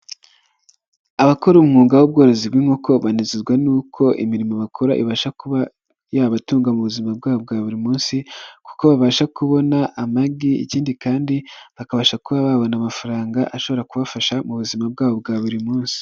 Abakora umwuga w'ubworozi bw'inkoko banezezwa nuko imirimo bakora ibasha kuba yabatunga mu buzima bwabo bwa buri munsi, kuko babasha kubona amagi ikindi kandi bakabasha kuba babona amafaranga ashobora kubafasha mu buzima bwabo bwa buri munsi.